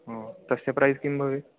हो तस्य प्रैस् किं भवेत्